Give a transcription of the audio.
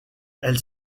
elle